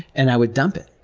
and i would dump it.